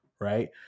right